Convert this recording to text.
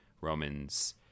romans